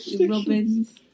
robins